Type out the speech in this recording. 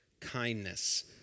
kindness